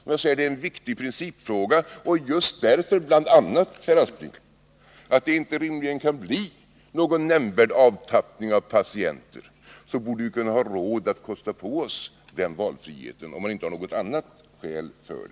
Men det gäller en viktig principfråga, och bl.a. just därför att det inte rimligen kan bli någon nämnvärd avtappning av patienter borde vi, herr Aspling, ha råd att kosta på oss denna valfrihet —om man inte har något annat skäl emot.